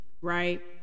right